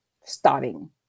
starting